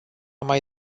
mai